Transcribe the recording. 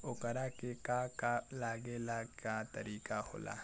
ओकरा के का का लागे ला का तरीका होला?